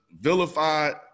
vilified